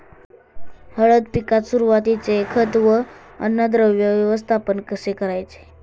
हळद पिकात सुरुवातीचे खत व अन्नद्रव्य व्यवस्थापन कसे करायचे?